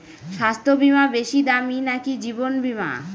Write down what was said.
স্বাস্থ্য বীমা বেশী দামী নাকি জীবন বীমা?